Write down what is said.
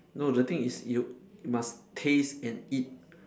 no the thing is you must taste and eat